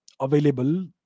available